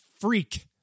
freak